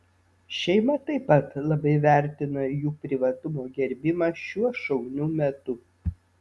šeima taip pat labai vertina jų privatumo gerbimą šiuo šauniu metu